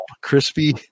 crispy